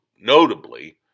notably